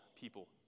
people